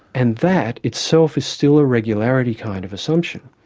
and that itself is still a regularity kind of assumption.